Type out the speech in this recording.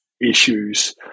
issues